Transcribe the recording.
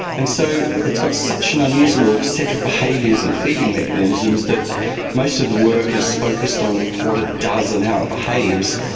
and so it's got such an unusual set of behaviours and feeding mechanisms mechanisms that most of the work is focused on what it does and how it behaves.